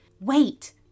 Wait